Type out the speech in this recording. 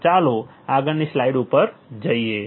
તો ચાલો આગળની સ્લાઇડ ઉપર જઈએ